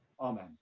amen